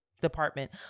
department